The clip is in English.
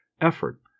effort